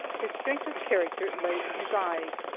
his strength of character lay in his eyes.